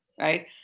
right